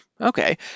Okay